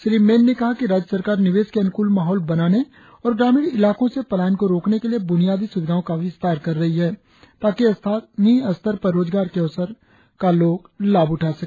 श्री मेन ने कहा कि राज्य सरकार निवेश के अनुकूल माहौल बनाने और ग्रामीण इलाको से पलायन को रोकने के लिए बुनियादी सुविधाओ का विस्तार कर रही है ताकि स्थानीय स्तर पर रोजगार के अवसर का लोग लाभ उठा सके